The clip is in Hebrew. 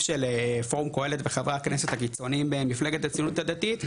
של פורום קהלת וחברי הכנסת הציוניים במפלגת הציונות הדתית,